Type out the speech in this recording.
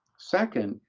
second,